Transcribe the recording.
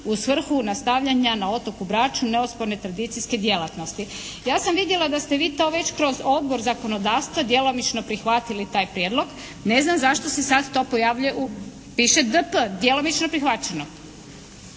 u svrhu nastavljanja na otoku Braču neosporne tradicijske djelatnosti. Ja sam vidjela da ste vi to već kroz Odbor za zakonodavstvo djelomično prihvatili taj prijedlog, ne znam zašto se sad to pojavljuje, piše d.p. djelomično prihvaćeno.